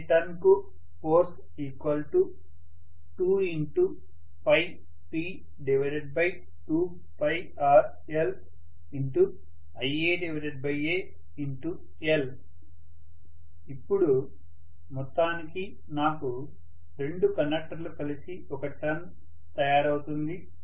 ప్రతి టర్న్ కు force 2P2rlIaal ఇప్పుడు మొత్తానికి నాకు రెండు కండక్టర్లు కలిసి ఒక టర్న్ తయారవుతుంది